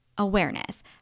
awareness